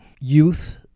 Youth